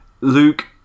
Luke